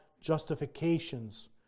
justifications